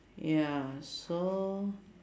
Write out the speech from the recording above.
ya so